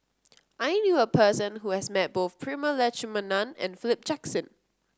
I knew a person who has met both Prema Letchumanan and Philip Jackson